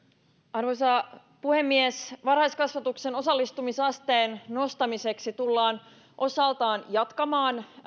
arvoisa puhemies varhaiskasvatuksen osallistumisasteen nostamiseksi tullaan osaltaan jatkamaan